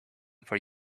for